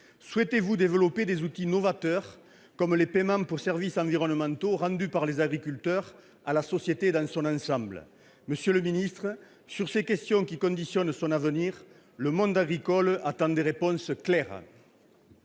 Souhaitez-vous développer des outils novateurs, comme les paiements pour services environnementaux rendus par les agriculteurs à la société dans son ensemble ? Monsieur le ministre, sur ces questions qui conditionnent son avenir, le monde agricole attend des réponses claires.